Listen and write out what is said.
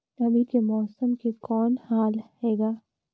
अभी के मौसम के कौन हाल हे ग?